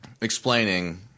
explaining